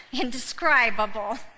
indescribable